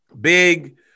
big